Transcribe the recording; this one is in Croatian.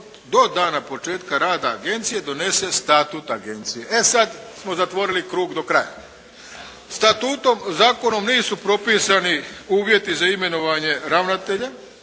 do dana početka rada Agencije donese Statut Agencije. E sad smo zatvorili krug do kraja. Statutom, zakonom nisu propisani uvjeti za imenovanje ravnatelja